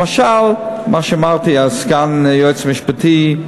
למשל, מה שאמרתי על סגן היועץ המשפטי,